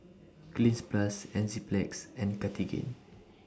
Cleanz Plus Enzyplex and Cartigain